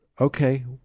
okay